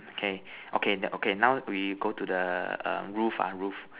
okay okay okay now we go to the um roof ah roof